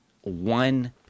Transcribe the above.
one